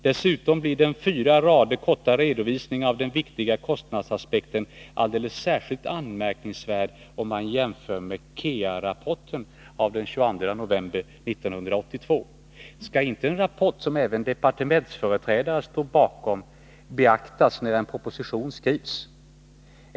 Dessutom blir den fyra rader korta redovisningen i propositionen av den viktiga kostnadsaspekten alldeles särskilt anmärkningsvärd om man jämför med KEA-rapporten av den 22 november 1982. Skall inte en rapport som även departementsföreträdare står bakom beaktas när en proposition skrivs?